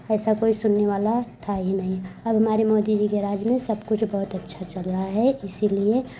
ऐसा कोई सुनने वाला था ही नहीं अब हमारे मोदी जी के राज में सब कुछ बहुत अच्छा चल रहा है इसीलिए